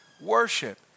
worship